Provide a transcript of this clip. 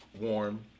warm